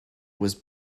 was